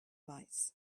lights